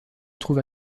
trouve